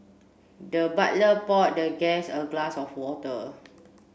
the butler poured the guest a glass of water